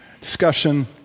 discussion